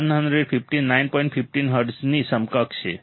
15 હર્ટ્ઝની સમકક્ષ છે